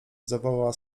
zawołała